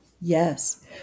Yes